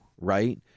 right